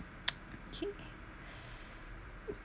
kay